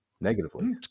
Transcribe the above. negatively